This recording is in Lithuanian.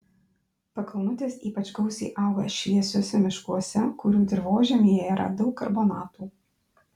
pakalnutės ypač gausiai auga šviesiuose miškuose kurių dirvožemyje yra daug karbonatų